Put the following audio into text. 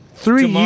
Three